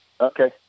okay